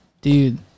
dude